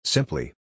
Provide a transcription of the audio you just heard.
Simply